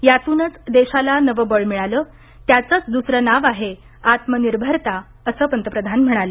यातूनच देशाला नवं बळ मिळालं त्याचंच दुसरे नाव आहे आत्मनिर्भरता असं पंतप्रधान म्हणाले